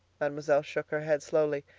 mademoiselle shook her head slowly.